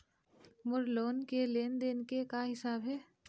मोर loan के लेन देन के का हिसाब हे?